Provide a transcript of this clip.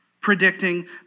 predicting